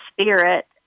spirit